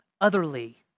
otherly